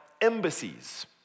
embassies